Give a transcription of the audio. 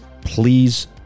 Please